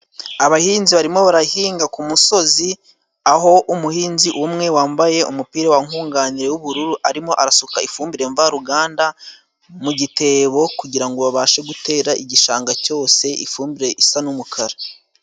Abahinzi barimo barahinga ku musozi aho umuhinzi umwe wambaye umupira wankunganire w'ubururu arimo arasuka ifumbire mvaruganda mu gitebo kugira ngo babashe gutera igishanga cyose ifumbire isa n'umukara.